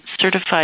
Certified